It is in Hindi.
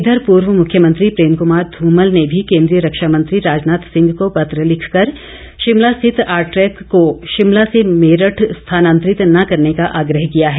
इधर पूर्वे मुख्यमंत्री प्रेम कुमार धूमल ने भी केंद्रीय रक्षामंत्री राजनाथ सिंह को पत्र लिखकर शिमला स्थित आरट्रेक को शिमला से मेरठ स्थानांतरित न करने का आग्रह किया है